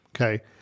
Okay